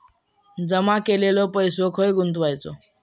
जमा केलेलो पैसो खय गुंतवायचो?